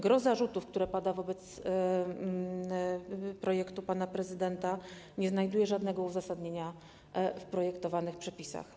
Gros zarzutów, które padają wobec projektu pana prezydenta, nie znajduje żadnego uzasadnienia w projektowanych przepisach.